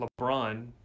LeBron